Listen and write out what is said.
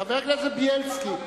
חבר הכנסת בילסקי.